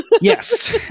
Yes